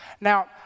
Now